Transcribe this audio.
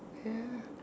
ya